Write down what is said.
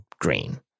green